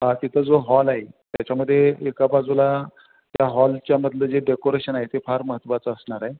हा तिथं जो हॉल आहे त्याच्यामध्ये एका बाजूला त्या हॉलच्यामधलं जे डेकोरेशन आहे ते फार महत्त्वाचं असणार आहे